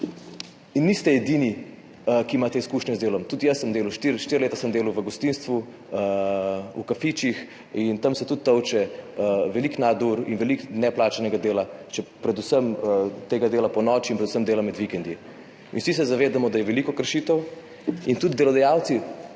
In niste edini, ki imate izkušnje z delom. Tudi jaz sem delal, štiri leta sem delal v gostinstvu, v kafičih, in tudi tam se tolče veliko nadur in veliko je neplačanega dela, predvsem dela ponoči in predvsem dela med vikendi. Vsi se zavedamo, da je veliko kršitev in tudi delodajalci